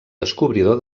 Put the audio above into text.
descobridor